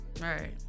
Right